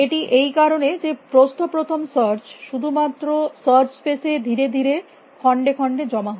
এটি এই কারণে যে প্রস্থ প্রথম সার্চ শুধুমাত্র সার্চ স্পেস এ ধীরে ধীরে খন্ডে খন্ডে জমা হয়